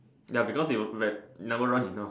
ya because you never run enough